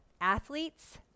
athletes